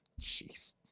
jeez